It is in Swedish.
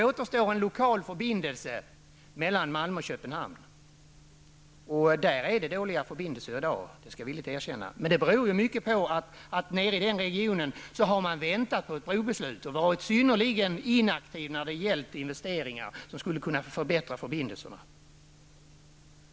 Köpenhamn, där förbindelserna i dag är dåliga, det skall jag villigt erkänna. Detta beror mycket på att man nere i den regionen har väntat på ett brobeslut och varit synnerligen inaktiv när det gäller investeringar som skulle kunna förbättra förbindelserna.